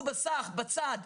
שהושארו עד היום בסך, בצד.